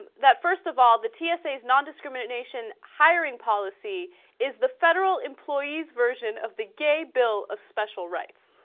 um that first of all the p s a s non-discrimination hiring policy is the federal employees version of the gave bill of special rights